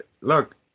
look